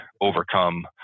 overcome